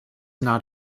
not